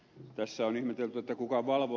tässä on ihmetelty kuka valvoo